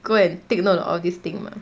go and take note of all this thing mah